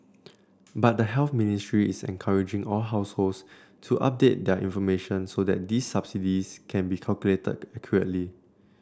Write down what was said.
but the Health Ministry is encouraging all households to update their information so that these subsidies can be calculated accurately